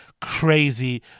crazy